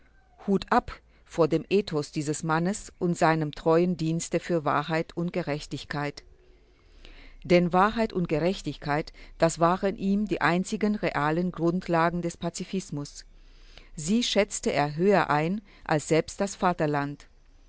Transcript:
hut ab vor dem ethos dieses mannes und seinem treuen dienste für wahrheit und gerechtigkeit denn wahrheit und gerechtigkeit das waren ihm die einzigen realen grundlagen des pazifismus sie schätzte er höher ein als selbst das vaterland